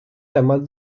temat